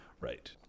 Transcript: Right